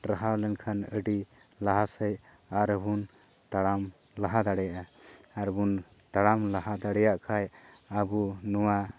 ᱴᱨᱟᱦᱟᱣ ᱞᱮᱱᱠᱷᱟᱱ ᱟᱹᱰᱤ ᱞᱟᱦᱟ ᱥᱮᱡ ᱟᱨ ᱦᱚᱸᱵᱚᱱ ᱛᱟᱲᱟᱢ ᱞᱟᱦᱟ ᱫᱟᱲᱮᱭᱟᱜᱼᱟ ᱟᱨᱵᱚᱱ ᱛᱟᱲᱟᱢ ᱞᱟᱦᱟ ᱫᱟᱲᱮᱭᱟᱜ ᱠᱷᱟᱡ ᱟᱵᱚ ᱱᱚᱣᱟ